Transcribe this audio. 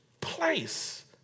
place